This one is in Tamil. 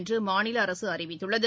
என்றுமாநிலஅரசுஅறிவித்துள்ளது